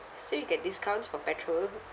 so you get discounts for petrol